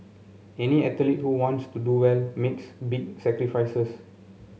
any athlete who wants to do well makes big sacrifices